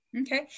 Okay